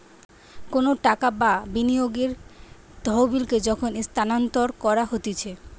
কোনো টাকা বা বিনিয়োগের তহবিলকে যখন স্থানান্তর করা হতিছে